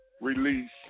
release